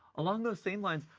along those same lines,